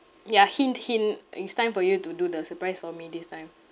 ya hint hint it's time for you to do the surprise for me this time